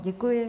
Děkuji.